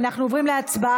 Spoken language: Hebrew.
אנחנו עוברים להצבעה